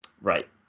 Right